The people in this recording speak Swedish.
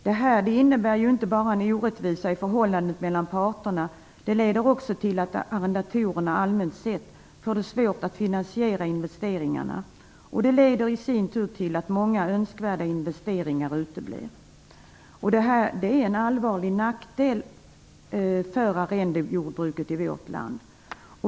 Det här innebär inte bara en orättvisa i förhållandet mellan parterna. Det leder också till att arrendatorer allmänt sett får svårt att finansiera investeringar, och det leder i sin tur till att många önskvärda investeringar uteblir. Det här är en allvarlig nackdel för arrendejordbruket i vårt land.